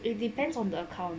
it depends on the account